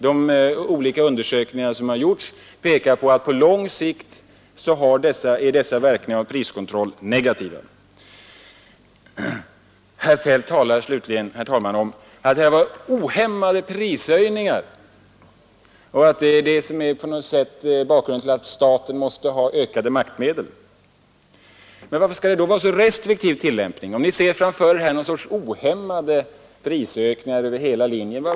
De olika undersökningar som gjorts pekar på att verkningarna av denna priskontroll på lång sikt är negativa. Herr Feldt säger, herr talman, att det förekommer ohämmade prishöjningar och att det på något sätt är bakgrunden till att staten måste ha ökade maktmedel. Men varför skall det då vara en så restriktiv tillämpning, om ni ser framför er någon sorts ohämmade prisökningar över hela linjen?